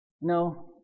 No